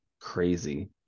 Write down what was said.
crazy